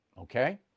Okay